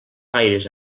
gaires